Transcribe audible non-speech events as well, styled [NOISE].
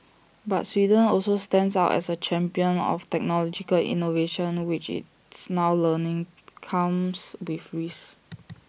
but Sweden also stands out as A champion of technological innovation which it's now learning comes [NOISE] with frees